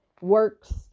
works